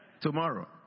tomorrow